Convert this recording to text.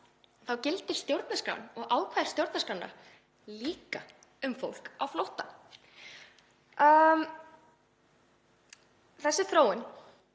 þá gildir stjórnarskráin og ákvæði stjórnarskrárinnar líka um fólk á flótta. Þessi þróun